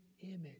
image